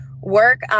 work